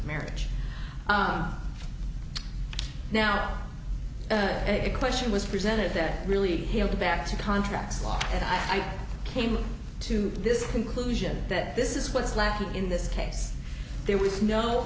marriage now the question was presented that really held back to contract law and i came to this conclusion that this is what's lacking in this case there was no